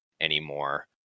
anymore